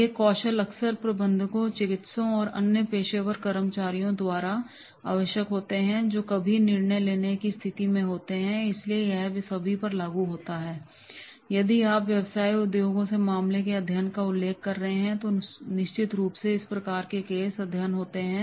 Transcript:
ये कौशल अक्सर प्रबंधकों चिकित्सकों और अन्य पेशेवर कर्मचारियों द्वारा आवश्यक होते हैं जो कभी निर्णय लेने की स्थिति में होते हैं इसलिए यह सभी पर लागू होता है यदि आप व्यवसाय उद्योगों से मामले के अध्ययन का उल्लेख कर रहे हैं तो निश्चित रूप से इस प्रकार के केस अध्ययन होते हैं